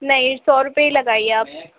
نہیں سو روپیے ہی لگائیے آپ